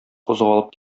кузгалып